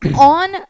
on